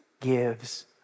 gives